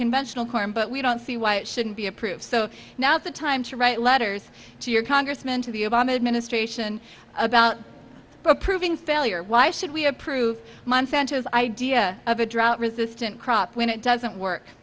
conventional corn but we don't see why it shouldn't be approved so now's the time to write letters to your congressman to the obama administration about approving failure why should we approve monsanto's idea of a drought resistant crop when it doesn't work